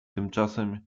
tymczasem